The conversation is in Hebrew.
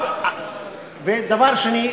ודבר שני,